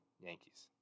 Yankees